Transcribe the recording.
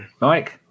Mike